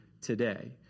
today